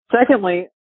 Secondly